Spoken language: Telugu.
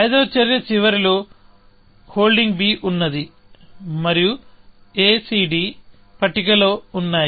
ఐదవ చర్య చివరిలో హోల్డింగ్ b ఉన్నది మరియు a c d పట్టికలో ఉన్నాయి